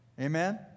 Amen